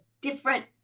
different